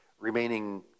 remaining